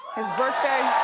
his birthday.